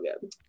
good